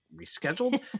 rescheduled